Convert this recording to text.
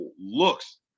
looks